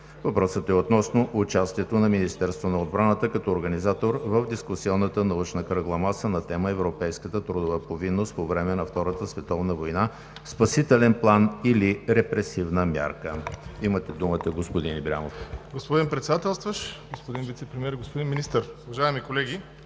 Въпросът е относно участието на Министерството на отбраната като организатор в Дискусионната научна кръгла маса на тема: „Еврейска трудова повинност по време на Втората световна война – спасителен план или репресивна мярка“. Имате думата, господин Ибрямов. ДЖЕЙХАН ИБРЯМОВ (ДПС): Господин Председателстващ, господин Вицепремиер, господин Министър, уважаеми колеги!